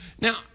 Now